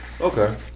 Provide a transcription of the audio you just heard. Okay